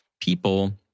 people